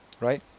right